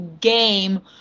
game